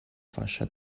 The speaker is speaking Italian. fascia